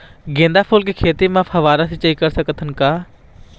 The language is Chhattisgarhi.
गेंदा फूल के खेती म फव्वारा सिचाई कर सकत हन का?